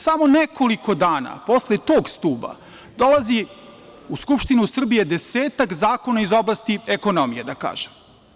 Samo nekoliko dana posle tog stuba dolazi u Skupštinu Srbije desetak zakona iz oblasti ekonomije, da kažemo.